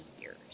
years